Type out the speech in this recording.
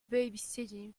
babysitting